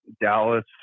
Dallas